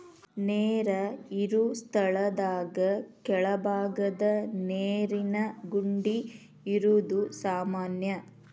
ನೇರ ಇರು ಸ್ಥಳದಾಗ ಕೆಳಬಾಗದ ನೇರಿನ ಗುಂಡಿ ಇರುದು ಸಾಮಾನ್ಯಾ